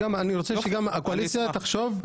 אני רוצה שגם הקואליציה תחשוב -- אני אשמח.